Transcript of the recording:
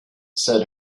said